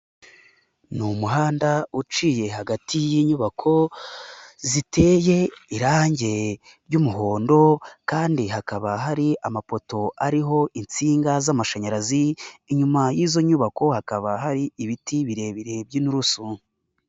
Ni umuhanda uciye hagati y'inyubako, ziteye irangi ry'umuhondo kandi hakaba hari amapoto ariho insinga z'amashanyarazi. Inyuma y'izo nyubako hakaba hari ibiti birebire by'inturusu.